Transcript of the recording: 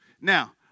Now